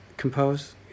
Compose